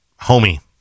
homie